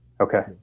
Okay